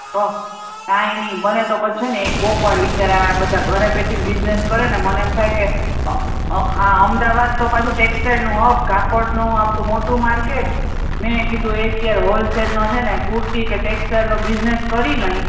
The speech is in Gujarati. તો કાઈ નહીં મને તો પછી છે ને કોઈકવાર વિચાર આવે આ બધા ઘરે બેઠીને બિઝનેસ કરે ને મને આમ થાય ને કે હા અમદાવાદ તો પાછું ટેક્સટાઈલનું હબ કાપડનું આપણું મોટું માર્કેટ મેં કીધું એક હારે હોલસેલમાં છે ને કુર્તી કે ટેક્સટાઇલ્સનો બિઝનેસ કરી લઇએ